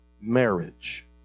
marriage